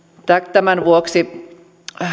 tämän vuoksi